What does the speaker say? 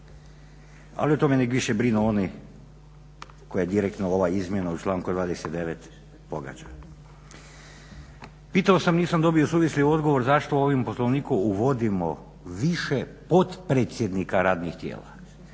Ali o tome neka više brinu oni koje direktno ova izmjena u članku 29. pogađa. Pitao sam, nisam dobio suvisli odgovor zašto ovim Poslovnikom uvodimo više potpredsjednika radnih tijela.